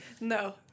No